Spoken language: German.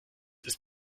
ist